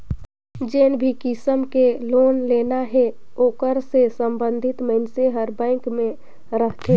जेन भी किसम के लोन लेना हे ओकर ले संबंधित मइनसे हर बेंक में रहथे